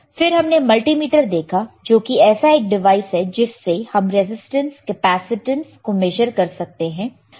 फिर हमने मल्टीमीटर देखा जो कि ऐसा एक डिवाइस है जिससे हम रेसिस्टेंस कैपेसिटेंस को मेजर कर सकते हैं